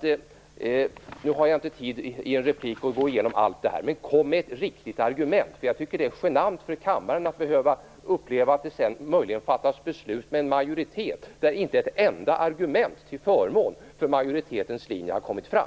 det. Jag har inte tid att i en replik gå igenom allt det här. Men kom med ett riktigt argument, Widar Andersson! Jag tycker att det är genant för kammaren att behöva uppleva att det sedan möjligen fattas beslut med en majoritet, där inte ett enda argument till förmån för majoritetens linje har kommit fram.